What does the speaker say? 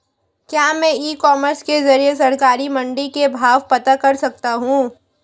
क्या मैं e commerce के ज़रिए सरकारी मंडी के भाव पता कर सकता हूँ?